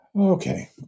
Okay